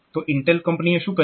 તો Intel company એ શું કર્યું